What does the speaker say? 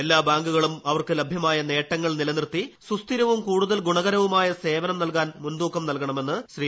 എല്ലാ ബാങ്കുകളും അവർക്ക് ലഭ്യമായ നേട്ടങ്ങൾ നിലനിർത്തി സുസ്ഥിരവും കൂടുതൽ ഗുണകരവുമായ സേവിക്കും നൽകാൻ മുൻതൂക്കം നൽകണമെന്ന് ശ്രീ